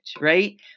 right